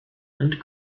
and